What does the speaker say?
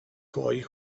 boy